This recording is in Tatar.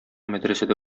мәдрәсәдә